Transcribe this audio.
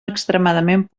extremadament